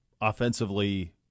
offensively